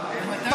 הרב,